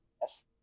Yes